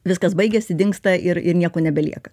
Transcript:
viskas baigiasi dingsta ir ir nieko nebelieka